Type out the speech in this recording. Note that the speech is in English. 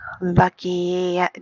lucky